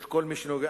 את כל מי שנוגע.